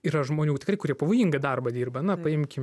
yra žmonių tikrai kurie pavojingą darbą dirba na paimkime